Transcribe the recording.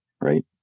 right